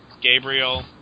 Gabriel